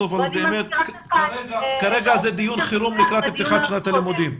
אבל באמת כרגע זה דיון חירום לקראת פתיחת שנת הלימודים.